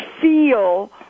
Feel